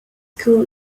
school